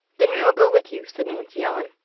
then we will go with you, said nancy ellen.